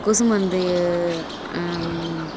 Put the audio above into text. கொசு மருந்து